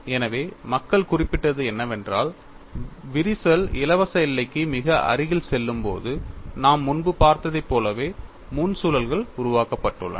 எனவே மக்கள் குறிப்பிட்டது என்னவென்றால் விரிசல் இலவச எல்லைக்கு மிக அருகில் செல்லும்போது நாம் முன்பு பார்த்ததைப் போலவே முன் சுழல்கள் உருவாக்கப்பட்டுள்ளன